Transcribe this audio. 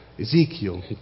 Ezekiel